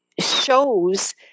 shows